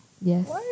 Yes